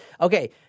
Okay